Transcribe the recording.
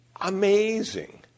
Amazing